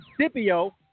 Scipio